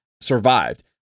survived